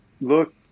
look